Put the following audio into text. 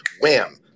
wham